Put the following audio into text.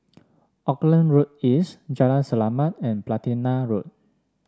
Auckland Road East Jalan Selamat and Platina Road